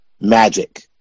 magic